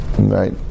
Right